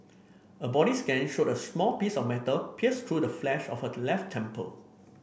a body scan showed a small piece of metal pierced through the flesh of her left temple